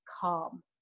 calm